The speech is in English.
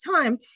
time